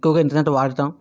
ఎక్కువగా ఇంటర్నెట్ వాడటం